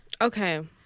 Okay